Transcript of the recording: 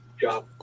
job